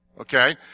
Okay